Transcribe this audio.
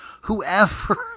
Whoever